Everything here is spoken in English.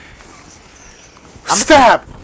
Stop